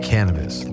Cannabis